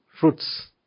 fruits